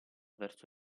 verso